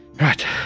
Right